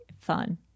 Fun